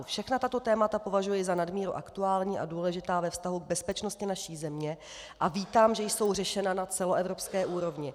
Všechna tato témata považuji za nadmíru aktuální a důležitá ve vztahu k bezpečnosti naší země a vítám, že jsou řešena na celoevropské úrovni.